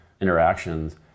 interactions